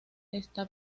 está